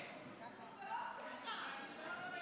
זה ואטורי.